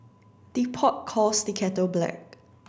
the pot calls the kettle black